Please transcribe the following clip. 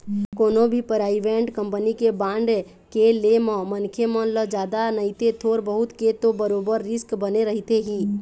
कोनो भी private company के बांड के ले म मनखे मन ल जादा नइते थोर बहुत के तो बरोबर रिस्क बने रहिथे ही